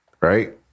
right